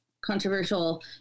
controversial